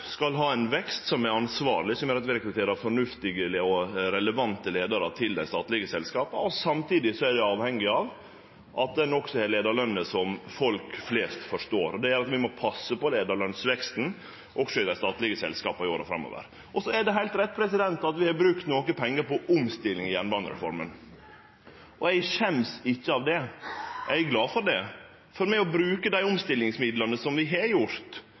skal ha ein vekst som er ansvarleg, og som gjer at vi rekrutterer fornuftige og relevante leiarar til dei statlege selskapa. Samtidig er vi avhengige av at vi har leiarløningar som folk flest forstår. Det gjer at vi må passe på leiarlønsveksten også i dei statlege selskapa i åra framover. Det er heilt rett at vi har brukt nokre pengar på omstilling i jernbanereforma. Eg skjemmest ikkje av det. Eg er glad for det. For med å bruke dei omstillingsmidlane vi har gjort,